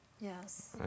Yes